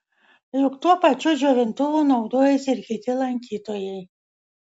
juk tuo pačiu džiovintuvu naudojasi ir kiti lankytojai